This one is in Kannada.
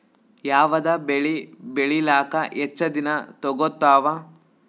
ಯಾವದ ಬೆಳಿ ಬೇಳಿಲಾಕ ಹೆಚ್ಚ ದಿನಾ ತೋಗತ್ತಾವ?